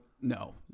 no